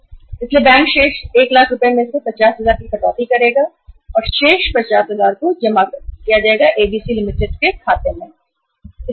इसलिए बैंक इस बचे हुए एक लाख रुपए मे से 50000 रुपए की कटौती करेगा और बचे हुए 50000 रुपए ABC Ltd के अकाउंट में क्रेडिट कर देगा